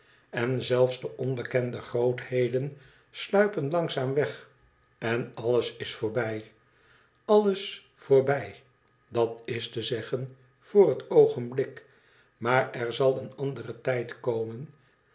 en zelfe de onbekende grootheden sluipen langzaam weg en alles is voorbij alles voorbij dat is te zeggen voor het oogenblik maar er zal een andere tijd komen